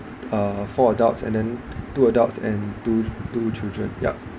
uh four adults and then two adults and two two children yup